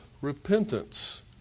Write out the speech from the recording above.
repentance